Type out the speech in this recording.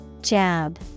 Jab